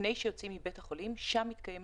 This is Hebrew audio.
שם מתקיימת